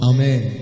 Amen